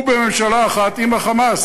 הוא בממשלה אחת עם ה"חמאס",